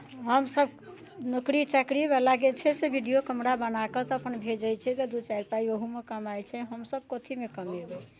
हमसभ नौकरी चाकरीवला जे छै से वीडियो कैमरा बना कऽ तऽ अपन भेजै छियै तऽ दू चारि पाइ ओहूमे कमाइत छै हमसभ कथीमे कमेबै